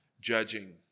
judging